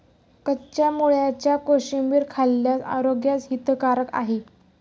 कच्च्या मुळ्याची कोशिंबीर खाल्ल्यास आरोग्यास हितकारक आहे